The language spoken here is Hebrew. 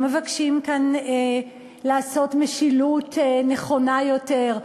לא מבקשים כאן לעשות משילות נכונה יותר,